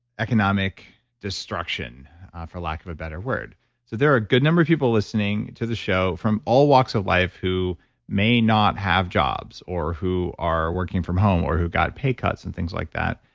economic destruction for lack of a better word so there are a good number of people listening to the show from all walks of life who may not have jobs or who are working from home or who got pay cuts and things like that.